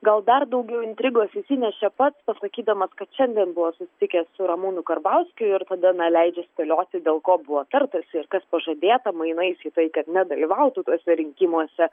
gal dar daugiau intrigos įsinešė pats pasakydamas kad šiandien buvo susitikęs su ramūnu karbauskiu ir tada na leidžia spėlioti dėl ko buvo tartasi ir kas pažadėta mainais į tai kad nedalyvautų tuose rinkimuose